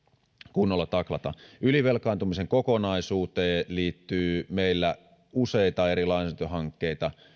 kunnolla taklata ylivelkaantumisen kokonaisuuteen liittyy meillä useita eri lainsäädäntöhankkeita